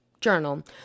Journal